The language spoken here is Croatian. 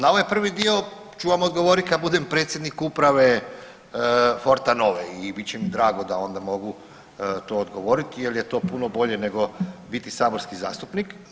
Na ovaj prvi dio ću vam odgovoriti kad budem predsjednik uprave Fortanove i bit će mi drago da onda mogu to odgovoriti jer je to puno bolje nego biti saborski zastupnik.